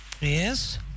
Yes